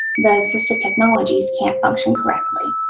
the assisted technologies can't function correctly.